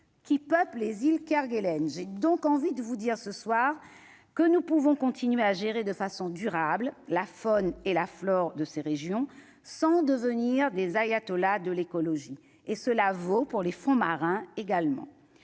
qui peuplent les îles Kerguelen, j'ai donc envie de vous dire ce soir que nous pouvons continuer à gérer de façon durable la faune et la flore de ces régions sont devenir des ayatollahs de l'écologie, et cela vaut pour les fonds marins également